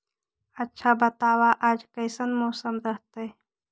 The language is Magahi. आच्छा बताब आज कैसन मौसम रहतैय?